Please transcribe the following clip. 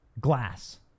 glass